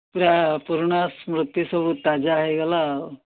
ପୁରା ପୁରୁଣା ସ୍ମୃତି ସବୁ ତାଜା ହୋଇଗଲା ଆଉ